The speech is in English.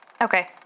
Okay